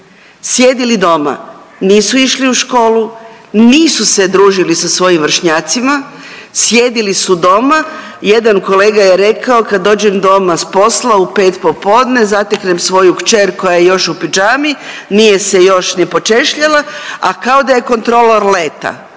sjedili doma, nisu išli u školu, nisu se družili sa svojim vršnjacima, sjedili su doma. Jedan kolega je rekao kad dođem doma s posla u 5 popodne zateknem svoju kćer koja je u pidžami, nije se još ni počešljala, a kao da je kontrolor leta,